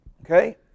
Okay